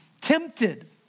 tempted